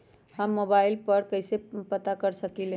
हम मोबाइल पर कईसे पता कर सकींले?